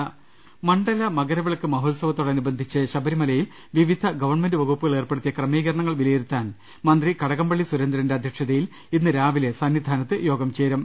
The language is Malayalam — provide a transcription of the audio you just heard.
രുമ്പ്പെട്ടിര മണ്ഡല മകരവിളക്ക് മഹോത്സവത്തോടനുബന്ധിച്ച് ശബരിമലയിൽ വിവിധ ഗവൺമെന്റ് വകുപ്പുകൾ ഏർപ്പെടുത്തിയ ക്രമീകരണങ്ങൾ വിലയി രുത്താൻ മന്ത്രി കടകംപള്ളി സുരേന്ദ്രന്റെ അധ്യക്ഷതയിൽ ഇന്ന് രാവിലെ സന്നിധാനത്ത് യോഗം ചേരും